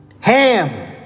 Ham